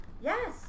Yes